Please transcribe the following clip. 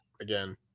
again